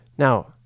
Now